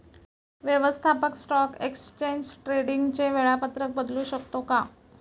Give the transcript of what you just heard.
व्यवस्थापक stock exchange ट्रेडिंगचे वेळापत्रक बदलू शकतो का?